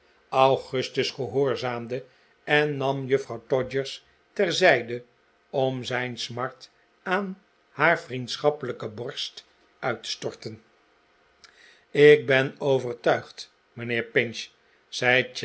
augustus gehoorzaamde en nam juffrouw todgers ter zijde om zijn smart aan haar vriendschappelijke borst uit te storten ik ben overtuigd mijnheer pinch zei